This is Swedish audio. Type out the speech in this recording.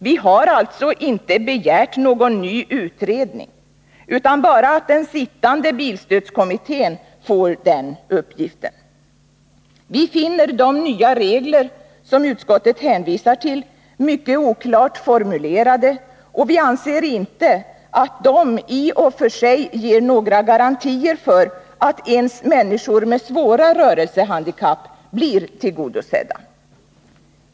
Vi ha alltså inte begärt någon ny utredning utan bara att den sittande bilstödskommittén får den uppgiften. Vi finner de nya regler som utskottet hänvisar till mycket oklart formulerade, och vi anser inte att de i och för sig ger några garantier för att ens människor med svåra rörelsehandikapp blir tillgodosedda.